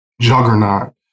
juggernaut